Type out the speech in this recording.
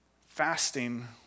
Fasting